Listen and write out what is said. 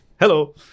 Hello